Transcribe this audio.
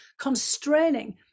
constraining